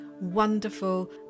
wonderful